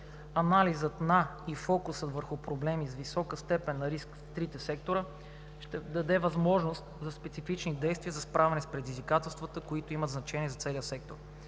Анализът и фокусът върху проблеми с висока степен на риск в трите сектора ще даде възможност за специфични действия за справяне с предизвикателствата, които имат значение за целия сектор.